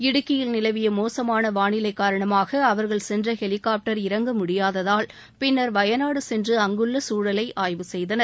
இடுக்கியில் நிலவிய மோசமான வானிலை காரணமாக அவர்கள் சென்ற ஹெலிகாப்டர் இறங்க முடியாததால் பின்னர் வயநாடு சென்று அங்குள்ள சூழலை ஆய்வு செய்தனர்